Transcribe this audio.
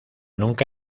nunca